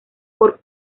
por